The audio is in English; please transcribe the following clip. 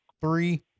three